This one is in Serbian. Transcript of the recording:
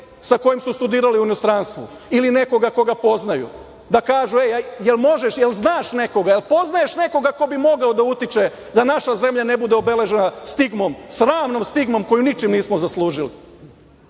sa kojim su studirali u inostranstvu ili nekoga koga poznaju da kažu- e, jel možeš, jel znaš nekoga, jel poznaješ nekoga koga bi mogao da utiče da naša zemlja ne bude obeležena stigmom, sramnom stigmom kojom ničim nismo zaslužili?